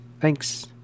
thanks